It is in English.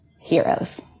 heroes